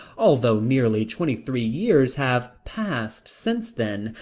although nearly twenty-three years have passed since then,